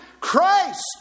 Christ